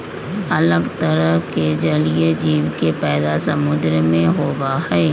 अलग तरह के जलीय जीव के पैदा समुद्र में होबा हई